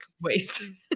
ways